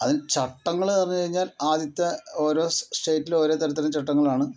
അതിന് ചട്ടങ്ങള്ന്ന് പറഞ്ഞു കഴിഞ്ഞാൽ ആദ്യത്തെ ഓരോ സ്റ്റേറ്റിലും ഓരോ തരത്തിലും ചട്ടങ്ങളാണ്